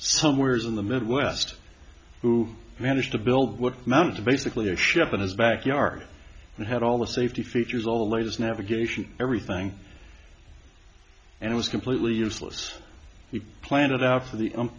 somewheres in the midwest who managed to build what amounted to basically a ship in his back yard and had all the safety features all the latest navigation everything and it was completely useless he planned it out for the um